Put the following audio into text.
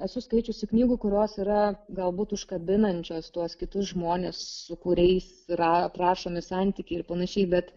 esu skaičiusi knygų kurios yra galbūt užkabinančios tuos kitus žmones su kuriais yra aprašomi santykiai ir panašiai bet